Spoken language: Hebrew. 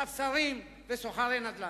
ספסרים וסוחרי נדל"ן.